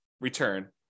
return